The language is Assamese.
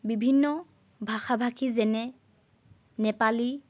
বিভিন্ন ভাষা ভাষী যেনে নেপালী